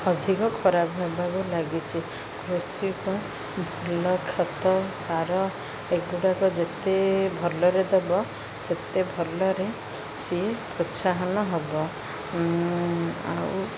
ଅଧିକ ଖରାପ ହେବାକୁ ଲାଗିଛି କୃଷିକୁ ଭଲ ଖତ ସାର ଏଗୁଡ଼ାକ ଯେତେ ଭଲରେ ଦେବ ସେତେ ଭଲରେ ସିଏ ପ୍ରୋତ୍ସାହନ ହବ ଆଉ